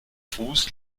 fuß